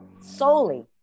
solely